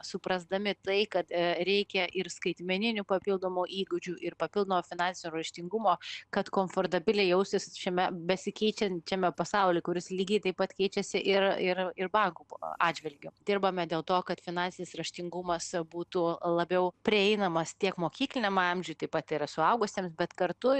suprasdami tai kad reikia ir skaitmeninių papildomų įgūdžių ir papildomo finansinio raštingumo kad komfortabiliai jaustis šiame besikeičiančiame pasauly kuris lygiai taip pat keičiasi ir ir ir bankų atžvilgiu dirbame dėl to kad finansinis raštingumas būtų labiau prieinamas tiek mokykliniam amžiui taip pat ir suaugusiems bet kartu